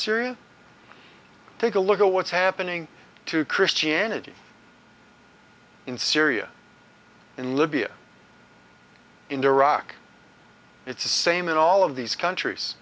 syria take a look at what's happening to christianity in syria and libya in iraq it's the same in all of these countries